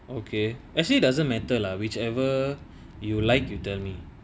okay actually doesn't matter lah whichever you like you tell me